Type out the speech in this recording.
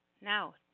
now